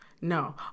No